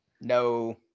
no